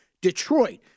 Detroit